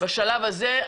בשלב הזה,